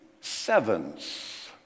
sevens